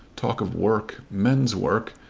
talk of work men's work!